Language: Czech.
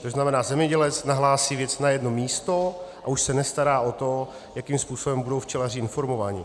To znamená, zemědělec nahlásí věc na jedno místo a už se nestará o to, jakým způsobem budou včelaři informováni.